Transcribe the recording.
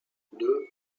deux